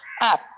app